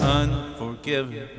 unforgiven